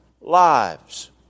lives